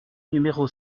numéro